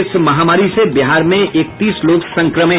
इस महामारी से बिहार में इकतीस लोग संक्रमित